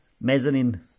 mezzanine